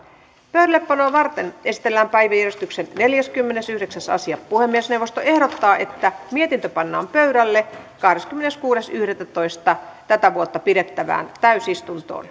pöydällepanoa varten esitellään päiväjärjestyksen neljäskymmenesyhdeksäs asia puhemiesneuvosto ehdottaa että mietintö pannaan pöydälle kahdeskymmeneskuudes yhdettätoista kaksituhattaviisitoista pidettävään täysistuntoon